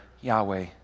Yahweh